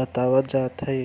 बतावत जात हे